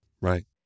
Right